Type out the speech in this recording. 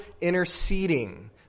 interceding